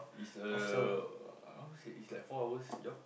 is the how to say is like four hours job